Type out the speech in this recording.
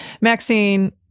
Maxine